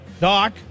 Doc